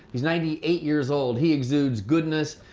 he's ninety eight years old, he exudes goodness.